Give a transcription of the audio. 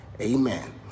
Amen